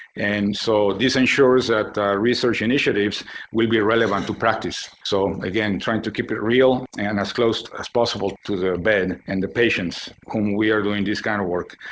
and so, this ensures that research initiatives will be relevant to practice. so again, trying to keep it real and as close as possible to their bed and the patients whom we are doing this kind of work.